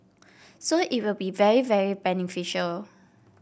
so it will be very very beneficial